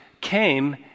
came